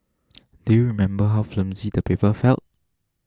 do you remember how flimsy the paper felt